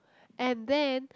and then